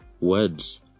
words